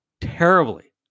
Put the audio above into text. Terribly